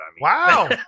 Wow